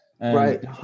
Right